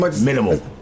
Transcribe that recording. Minimal